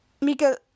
Mika